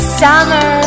summer